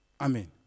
Amen